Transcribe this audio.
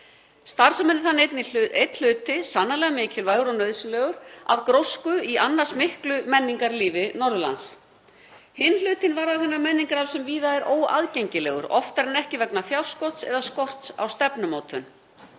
Starfsemin er þannig einn hluti, sannarlega mikilvægur og nauðsynlegur, grósku í annars miklu menningarlífi Norðurlands. Hinn hlutinn varðar þann menningararf sem víða er óaðgengilegur, oftar en ekki vegna fjárskorts eða skorts á stefnumótun.